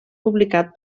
publicat